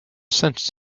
sense